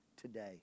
today